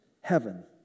heaven